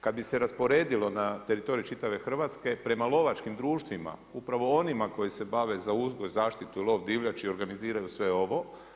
Kad bi se rasporedilo na teritorij čitave Hrvatske prema lovačkim društvima, upravo onima koji se bave za uzgoj, zaštitu lov divljači organiziraju sve ovo.